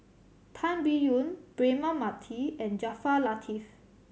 Tan Biyun Braema Mathi and Jaafar Latiff